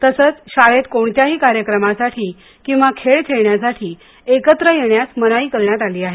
तसंच शाळेत कोणत्याही कार्यक्रमासाठी किंवा खेळ खेळण्यासाठी एकत्र येण्यास मनाई करण्यात आली आहे